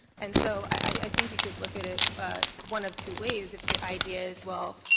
and so i think you could look at it one of two ways. if the idea is, well,